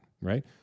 right